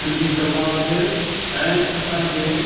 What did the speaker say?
सिंधी समाज ऐं असांजे